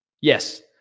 Yes